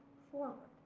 forward,